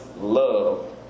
love